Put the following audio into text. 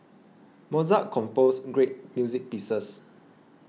Mozart composed great music pieces